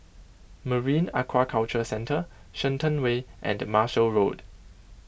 Marine Aquaculture Centre Shenton Way and Marshall Road